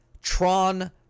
Tron